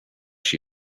she